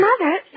Mother